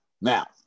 Now